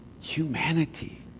Humanity